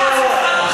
אתה בא להכשיל,